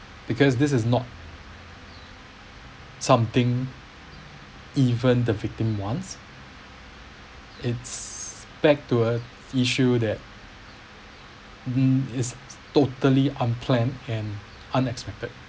because this is not something even the victim wants it's back to a issue that is totally unplanned and unexpected